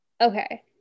okay